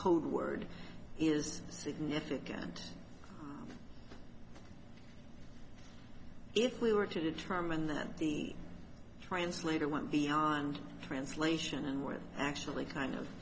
code word is significant if we were to determine that the translator went beyond translation and with actually kind of